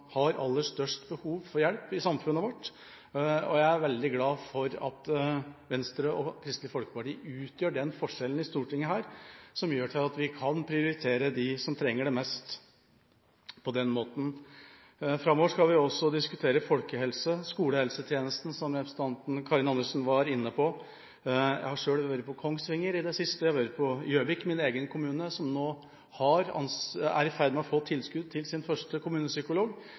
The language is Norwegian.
har aller størst behov for hjelp i samfunnet vårt. Jeg er veldig glad for at Venstre og Kristelig Folkeparti utgjør den forskjellen i Stortinget som gjør at vi kan prioritere dem som trenger det mest. Framover skal vi også diskutere folkehelse, skolehelsetjenesten, som representanten Karin Andersen var inne på. Jeg har selv vært på Kongsvinger i det siste. Jeg har vært på Gjøvik, i min egen kommune, som nå er i ferd med å få tilskudd til sin første kommunepsykolog.